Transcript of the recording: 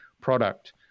product